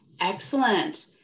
Excellent